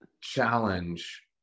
challenge